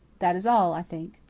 that is all, i think.